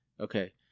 Okay